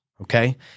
okay